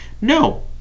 No